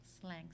slang